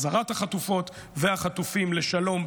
החזרת החטופות והחטופים בשלום,